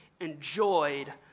enjoyed